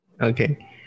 Okay